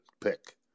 pick